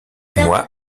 moi